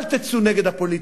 אל תצאו נגד הפוליטיקה,